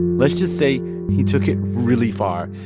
let's just say he took it really far,